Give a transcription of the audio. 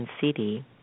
CD